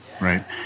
Right